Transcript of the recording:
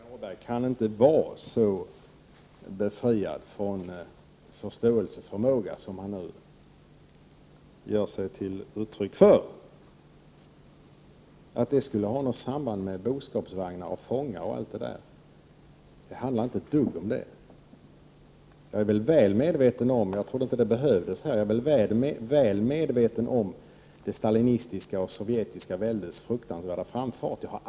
Herr talman! Håkan Holmberg kan inte vara så befriad från förståelseförmåga som han ger intryck av, när han påstår att det jag talade om skulle ha något samband med deportationer i boskapsvagnar. Det handlar inte ett dugg om det. Jag är väl medveten om, men jag trodde inte att det behövde sägas här, det stalinistiska Sovjetväldets fruktansvärda framfart.